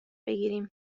بگیریم